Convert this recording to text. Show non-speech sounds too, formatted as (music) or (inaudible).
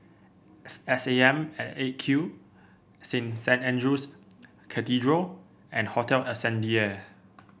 S A M at Eight Q (unintelligible) Saint Andrew's Cathedral and Hotel Ascendere